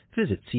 visit